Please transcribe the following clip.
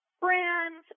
brands